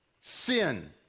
sin